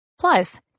Plus